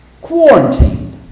Quarantined